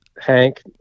Hank